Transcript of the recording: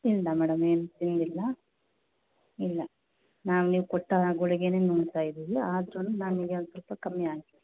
ಇಲ್ಲ ಮೇಡಮ್ ಏನು ತಿಂದಿಲ್ಲ ಇಲ್ಲ ನಾವು ನೀವು ಕೊಟ್ಟ ಗುಳಿಗೇನೇ ನುಂಗ್ತಾ ಇದ್ದೀವಿ ಆದ್ರು ನನಗೆ ಒಂದು ಸ್ವಲ್ಪ ಕಮ್ಮಿ ಆಗಿಲ್ಲ